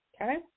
Okay